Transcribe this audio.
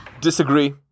Disagree